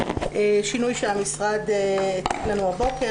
שינוי שהמשרד הביא לנו הבוקר.